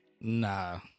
Nah